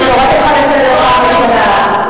אני קוראת אותך לסדר פעם ראשונה.